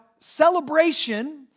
celebration